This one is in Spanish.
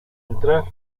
entrar